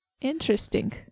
Interesting